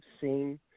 seen